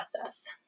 process